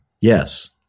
yes